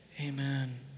amen